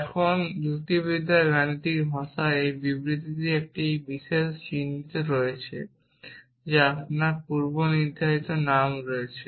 এখন যুক্তিবিদ্যার গাণিতিক ভাষায় এই বিবৃতিটির এই বিশেষ চিহ্নটি রয়েছে যে আপনার পূর্বনির্ধারিত নাম রয়েছে